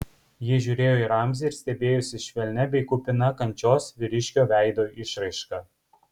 ji žiūrėjo į ramzį ir stebėjosi švelnia bei kupina kančios vyriškio veido išraiška